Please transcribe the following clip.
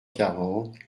quarante